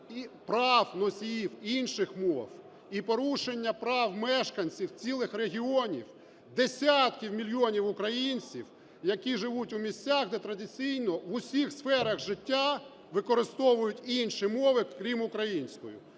прав носіїв інших мов і порушення прав мешканців цілих регіонів, десятків мільйонів українців, які живуть у місцях, де традиційно в усіх сферах життя використовують інші мови, крім української.